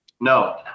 No